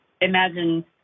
imagine